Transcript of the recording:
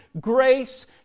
grace